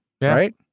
right